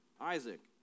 Isaac